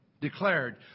declared